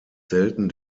selten